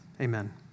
Amen